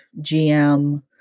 GM